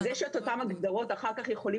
אני מכירה שאז ברירת המחדל הייתה שכל החוזרים